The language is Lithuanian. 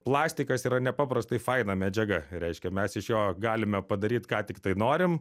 plastikas yra nepaprastai faina medžiaga reiškia mes iš jo galime padaryt ką tiktai norim